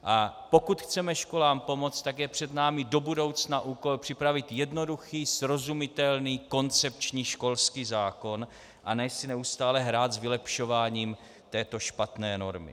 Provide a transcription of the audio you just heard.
A pokud chceme školám pomoct, tak je před námi do budoucna úkol připravit jednoduchý, srozumitelný, koncepční školský zákon, a ne si neustále hrát s vylepšováním této špatné normy.